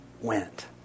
went